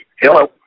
Hello